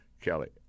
Kelly